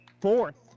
fourth